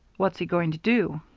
what's he going to do?